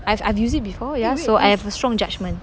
I've I've use it before ya so I have a strong judgement